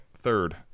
third